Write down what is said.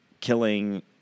killing